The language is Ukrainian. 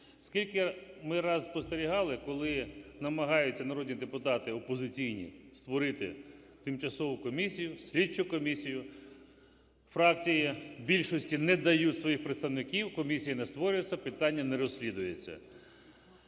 Скільки ми раз спостерігали, коли намагаються народні депутати опозиційні створити тимчасову комісію, слідчу комісію, фракції більшості не дають своїх представників, комісія не створюється, питання не розслідується.